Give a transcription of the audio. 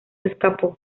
escapó